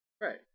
Right